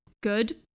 good